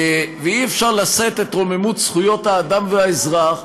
אי-אפשר לשאת את רוממות זכויות האדם והאזרח,